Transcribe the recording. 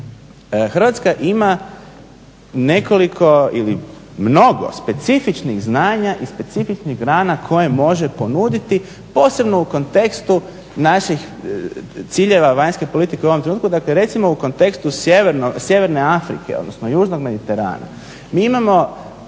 Hrvatska ima nekoliko ili mnogo specifičnih znanja i specifičnih grana koje može ponuditi posebno u kontekstu naših ciljeva vanjske politike u ovom trenutku dakle recimo u kontekstu sjeverne Afrike, odnosno južnog Mediterana, mi imamo